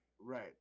Right